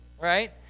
right